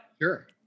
sure